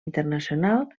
internacional